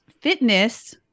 fitness